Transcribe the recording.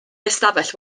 ystafell